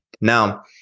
Now